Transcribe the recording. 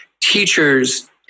teachers